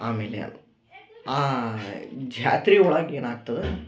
ಆಮೇಲೆ ಆ ಜಾತ್ರೆ ಒಳಗೆ ಏನಾಗ್ತದ